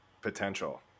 potential